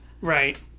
Right